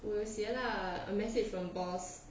我有写 lah message from boss